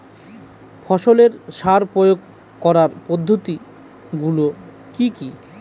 ফসলের সার প্রয়োগ করার পদ্ধতি গুলো কি কি?